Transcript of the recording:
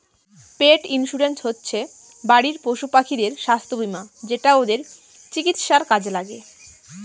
পেট insurance হচ্ছে বাড়ির পশুপাখিদের স্বাস্থ্য বীমা যেটা ওদের চিকিৎসার কাজে লাগে